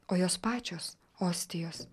o jos pačios ostijos